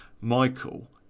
Michael